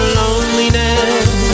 loneliness